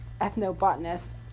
ethnobotanist